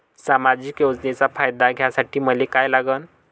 सामाजिक योजनेचा फायदा घ्यासाठी मले काय लागन?